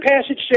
passage